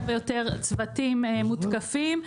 יותר ויותר צוותים מותקפים.